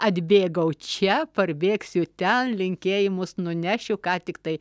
atbėgau čia parbėgsiu ten linkėjimus nunešiu ką tiktai